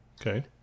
Okay